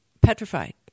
petrified